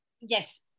Yes